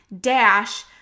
dash